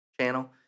channel